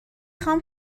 خوام